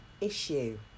issue